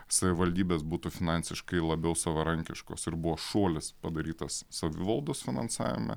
savivaldybės būtų finansiškai labiau savarankiškos ir buvo šuolis padarytas savivaldos finansavime